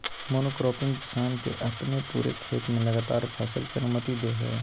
monocropping किसान के अपने पूरे खेत में लगातार फसल के अनुमति दे हइ